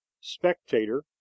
spectator